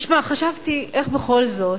חשבתי איך בכל זאת